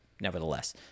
Nevertheless